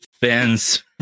fans